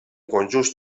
conjunts